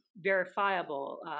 verifiable